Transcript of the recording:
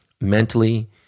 Mentally